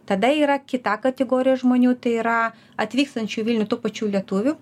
tada yra kita kategorija žmonių tai yra atvykstančių į vilnių tų pačių lietuvių